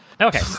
Okay